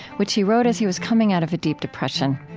which he wrote as he was coming out of a deep depression.